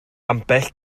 ambell